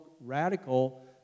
radical